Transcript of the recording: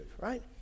right